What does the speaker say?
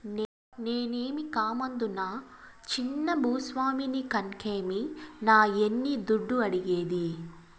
నేనేమీ కామందునా చిన్న భూ స్వామిని కన్కే మీ నాయన్ని దుడ్డు అడిగేది